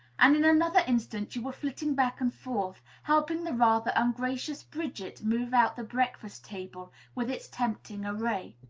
and in another instant you were flitting back and forth, helping the rather ungracious bridget move out the breakfast-table, with its tempting array.